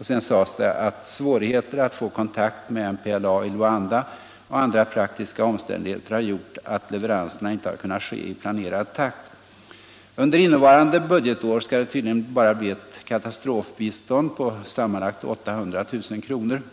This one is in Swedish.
Sedan sades det: ”Svårigheter att få kontakt med MPLA i Luanda och andra praktiska omständigheter har gjort att leveranserna inte har kunnat ske i planerad takt.” Under innevarande budgetår skall det tydligen bara bli ett katastrofbistånd på sammanlagt 800 000 kr.